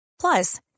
Plus